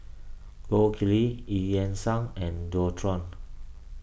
Gold Kili Eu Yan Sang and Dualtron